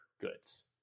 goods